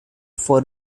for